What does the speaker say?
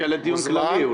לדיון כללי.